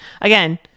Again